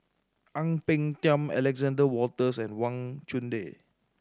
Ang Peng Tiam Alexander Wolters and Wang Chunde